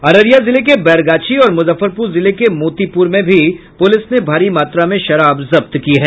अररिया जिले के बैरगाछी और मुजफ्फरपुर जिले के मोतीपुर में भी पुलिस ने भारी मात्रा में शराब जब्त की है